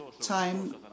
time